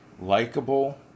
likable